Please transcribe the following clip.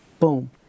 Boom